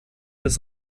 des